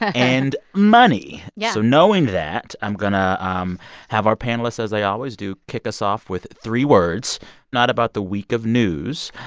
and money. yeah so knowing that, i'm going to um have our panelists, as i always do, kick us off with three words not about the week of news,